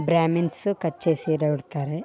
Brahmins ಕಚ್ಚೆ ಸೀರೆ ಉಡ್ತಾರೆ